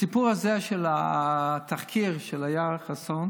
הסיפור הזה של התחקיר של אילה חסון,